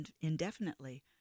indefinitely